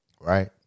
Right